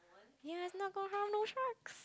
you must sharks